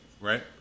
Right